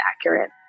accurate